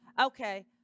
Okay